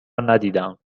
ندیدم